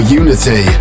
unity